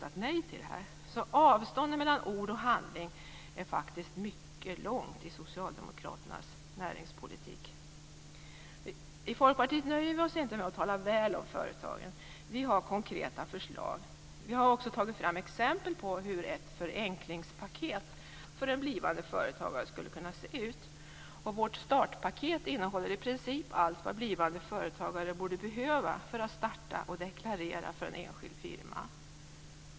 Avståndet mellan ord och handling är mycket långt i Socialdemokraternas näringspolitik. I Folkpartiet nöjer vi oss inte med att tala väl om företagarna. Vi har konkreta förslag. Vi har också tagit fram exempel på hur ett förenklingspaket för en blivande företagare skulle kunna se ut. Vårt startpaket innehåller i princip allt vad blivande företagare borde behöva för att starta och deklarera för en enskild firma.